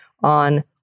on